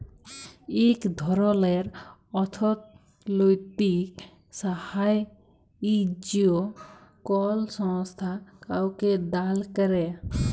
ইক ধরলের অথ্থলৈতিক সাহাইয্য কল সংস্থা কাউকে দাল ক্যরে